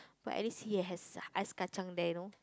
but at least he has Ice-Kacang there you know